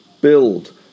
build